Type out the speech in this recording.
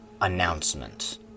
announcement